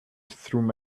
through